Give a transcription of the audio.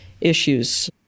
issues